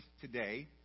today